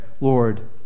Lord